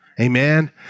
Amen